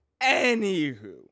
Anywho